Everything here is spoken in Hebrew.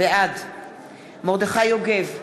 בעד מרדכי יוגב,